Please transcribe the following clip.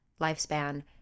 lifespan